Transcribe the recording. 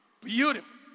Beautiful